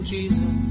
Jesus